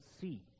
see